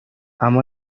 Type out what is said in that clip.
اما